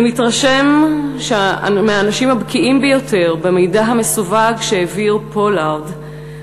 אני מתרשם שהאנשים הבקיאים ביותר במידע המסווג שהעביר פולארד,